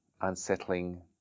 unsettling